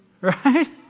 Right